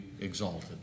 exalted